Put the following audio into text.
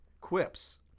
quips